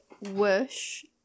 wish